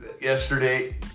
yesterday